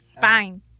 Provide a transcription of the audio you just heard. Fine